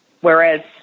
Whereas